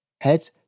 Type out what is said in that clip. Head